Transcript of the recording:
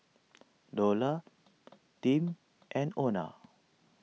Dola Tim and Ona